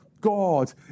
God